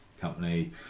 company